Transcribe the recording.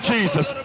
Jesus